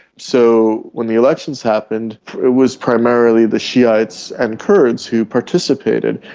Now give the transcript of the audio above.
so when the elections happened it was primarily the shi'ites and kurds who participated.